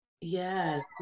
Yes